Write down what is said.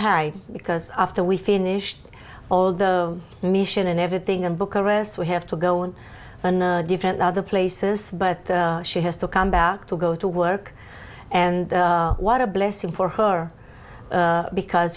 time because after we finish all the mission and everything and book arrest we have to go on different other places but she has to come back to go to work and what a blessing for her because